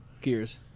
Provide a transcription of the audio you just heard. Gears